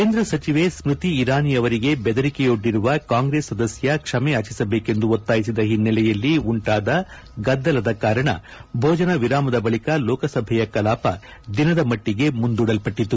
ಕೇಂದ್ರ ಸಚಿವೆ ಸ್ತ್ರತಿ ಇರಾನಿ ಅವರಿಗೆ ಬೆದರಿಕೆಯೊಡ್ಡಿರುವ ಕಾಂಗ್ರೆಸ್ ಸದಸ್ತ ಕ್ಷಮೆಯಾಚಿಸಬೇಕೆಂದು ಒತ್ತಾಯಿಸಿದ ಹಿನ್ನೆಲೆಯಲ್ಲಿ ಉಂಟಾದ ಗದ್ದಲದ ಕಾರಣ ಭೋಜನ ವಿರಾಮದ ಬಳಿಕ ಲೋಕಸಭೆ ಕಲಾಪದ ದಿನದ ಮಟ್ಟಿಗೆ ಮುಂದೂಡಲ್ಪಟ್ಟಿತ್ತು